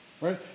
right